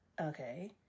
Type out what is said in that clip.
okay